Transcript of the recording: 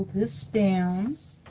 this down,